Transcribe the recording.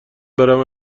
بروم